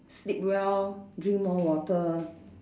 sleep well drink more water